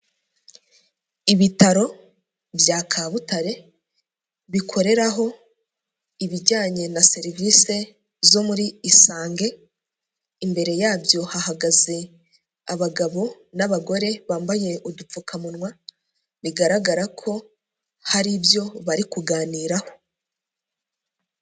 Ibitaro bya Kabutare bikoreraho ibijyanye na serivise zo muri Isange, imbere yabyo hahagaze abagabo n'abagore bambaye udupfukamunwa bigaragara ko hari ibyo bari kuganiraho.